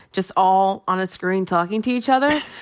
just all on a screen talking to each other.